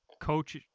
Coach